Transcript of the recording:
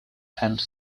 and